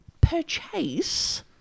purchase